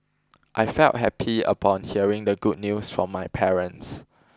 I felt happy upon hearing the good news from my parents